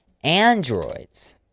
Androids